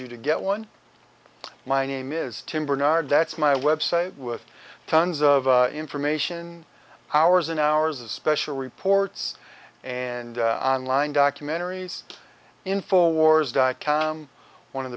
you to get one my name is tim bernard that's my website with tons of information hours and hours of special reports and on line documentaries in four wars dot com one of